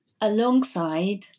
alongside